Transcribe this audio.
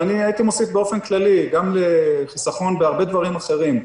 והייתי מוסיף באופן כללי: גם לחיסכון בהרבה דברים אחרים.